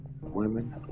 Women